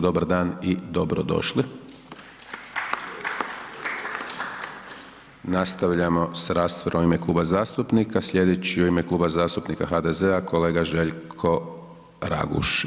Dobar dan i dobro došli. Nastavljamo s raspravom u ime kluba zastupnika, slijedeći u ime Kluba zastupnika HDZ-a kolega Željko Raguž.